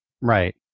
Right